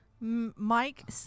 Mike